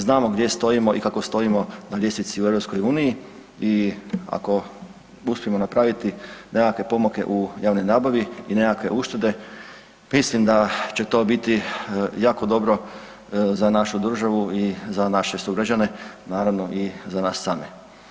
Znamo gdje stojimo i kako stojimo na ljestvici u EU i ako uspijemo napraviti nekakve pomake u javnoj nabavi i nekakve uštede mislim da će to biti jako dobro za našu državu i za naše sugrađane, naravno i za nas same.